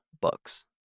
books